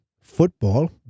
football